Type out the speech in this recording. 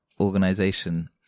organization